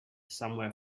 somewhere